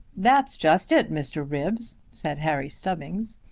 that's just it, mr. ribbs, said harry stubbings.